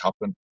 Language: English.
happen